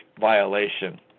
violation